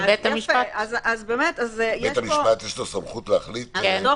לבית המשפט יש סמכות להחליט --- דוח